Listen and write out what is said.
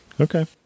Okay